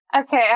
Okay